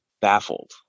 baffled